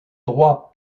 droit